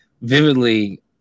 vividly